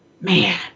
man